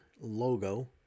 logo